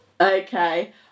Okay